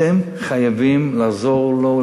אתם חייבים לעזור לו,